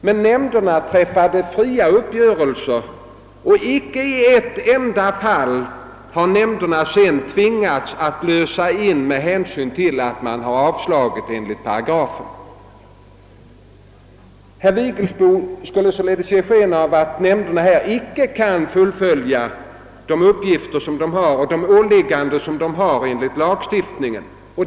Men nämnderna träffade därefter fria uppgörelser, och icke i ett enda fall har nämnderna tvingats till inlösen därför att säljaren, med hänvisning till denna paragraf, påfordrat inlösen. Herr Vigelsbo ville låta påskina att nämnderna inte kan fullfölja de uppgifter och åtaganden som de enligt lagstiftningen har. Jag har en annan uppfattning på denna punkt.